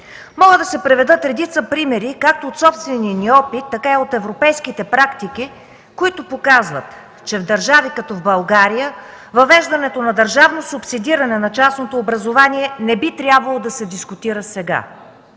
Могат да се приведат редица примери както от собствения ни опит, така и от европейските практики, които показват, че в държави като България въвеждането на държавно субсидиране на частното образование не би трябвало да се дискутира сега.